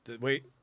wait